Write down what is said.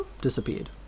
disappeared